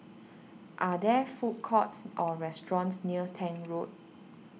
are there food courts or restaurants near Tank Road